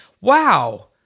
Wow